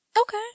Okay